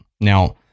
Now